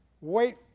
wait